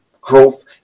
growth